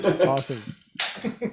Awesome